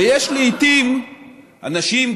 ויש לעיתים אנשים,